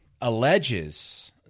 alleges